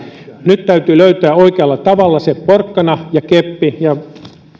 nyt täytyy löytää oikealla tavalla se porkkana ja keppi ja